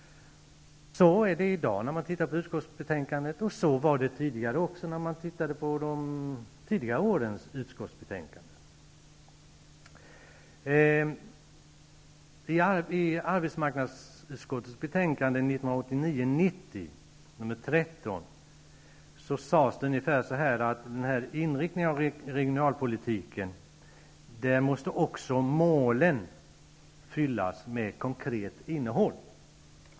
Så är det i dag om man tittar i utskottsbetänkandet, och så var det också i tidigare års utskottsbetänkanden. har man skrivit ungefär så här: När det gäller inriktningen av regionalpolitiken måste också målen fyllas med ett konkret innehåll.